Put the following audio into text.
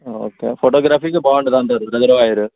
okay ఫోటోగ్రఫీకి బాగుంటుందంటారు reservoir